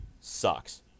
sucks